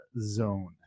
zone